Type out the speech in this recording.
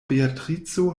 beatrico